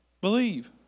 believe